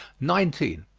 nineteen.